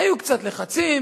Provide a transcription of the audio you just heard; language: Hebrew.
היו קצת לחצים,